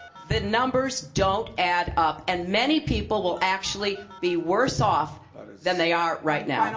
the numbers don't add up, and many people will actually be worse off than they are right now. and